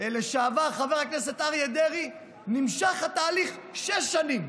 לשעבר חבר הכנסת אריה דרעי נמשך התהליך שש שנים?